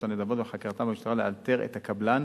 נדבות וחקירתן במשטרה כדי לאתר את הקבלן